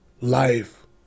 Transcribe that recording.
life